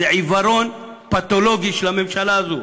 זה עיוורון פתולוגי של הממשלה הזו.